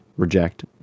reject